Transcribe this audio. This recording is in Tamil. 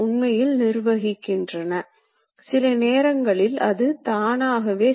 ஆனால் நவீன இயந்திரங்களில் இந்த விஷயங்கள் இல்லை